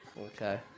Okay